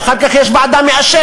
ואחר כך יש ועדה מאשרת,